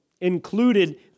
included